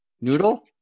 Noodle